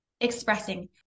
expressing